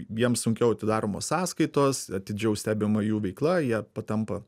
jiems sunkiau atidaromos sąskaitos atidžiau stebima jų veikla jie patampa